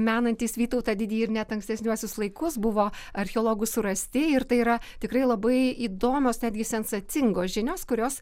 menantys vytautą didįjį ir net ankstesniuosius laikus buvo archeologų surasti ir tai yra tikrai labai įdomios netgi sensacingos žinios kurios